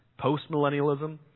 postmillennialism